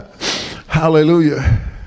Hallelujah